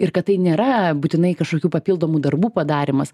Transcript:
ir kad tai nėra būtinai kažkokių papildomų darbų padarymas